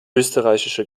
österreichische